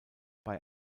bei